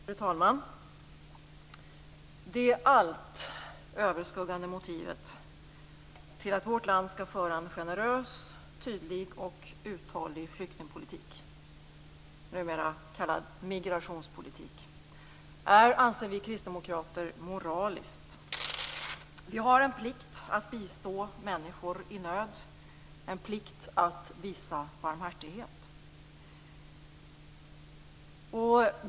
Fru talman! Det allt överskuggande motivet till att vårt land skall föra en generös, tydlig och uthållig flyktingpolitik - numera kallad migrationspolitik - är, anser vi kristdemokrater, moraliskt. Vi har en plikt att bistå människor i nöd, en plikt att visa barmhärtighet.